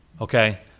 Okay